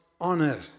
honor